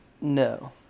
No